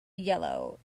yellow